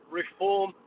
reform